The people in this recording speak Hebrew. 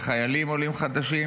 לחיילים עולים חדשים,